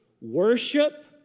Worship